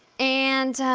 and